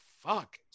fuck